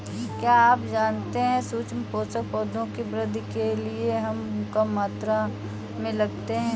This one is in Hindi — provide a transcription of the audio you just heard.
क्या आप जानते है सूक्ष्म पोषक, पौधों की वृद्धि के लिये बहुत कम मात्रा में लगते हैं?